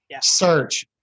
search